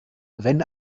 wenn